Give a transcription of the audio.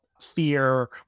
fear